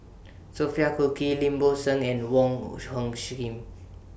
Sophia Cooke Lim Bo Seng and Wong Hung Khim